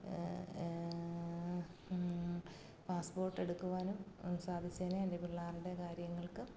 passport എടുക്കുവാനും സാധിച്ചേനെ എൻ്റെ പിള്ളാരുടെ കാര്യങ്ങൾക്കും